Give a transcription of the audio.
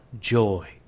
joy